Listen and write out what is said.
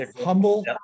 humble